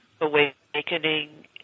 awakening